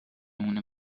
مونه